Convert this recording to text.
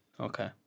Okay